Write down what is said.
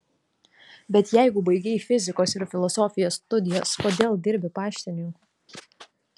bet jeigu baigei fizikos ir filosofijos studijas kodėl dirbi paštininku